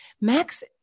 Max